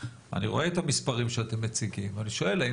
אני רואה את המספרים שאתם מציגים ואני שואל האם